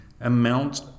amount